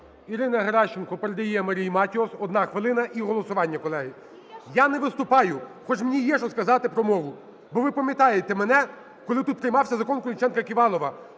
Ірина Геращенко передає Марії Матіос. Одна хвилина – і голосування, колеги. Я не виступаю, хоча мені є що сказати про мову, бо ви пам'ятаєте мене, коли тут приймався Закон "Колесніченка-Ківалова".